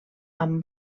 amb